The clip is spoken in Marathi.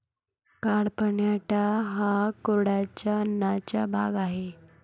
कडपह्नट हा कोरड्या अन्नाचा भाग आहे